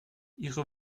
ihre